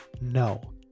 no